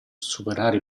superare